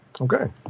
Okay